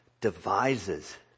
devises